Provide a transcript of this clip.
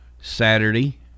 Saturday